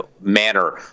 manner